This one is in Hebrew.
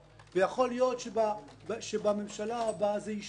וייתכן שבממשלה הבאה זה ישתנה.